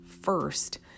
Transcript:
first